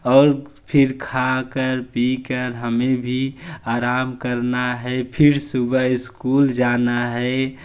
और फिर खाकर पीकर हमें भी आराम करना है फिर सुबह स्कूल जाना है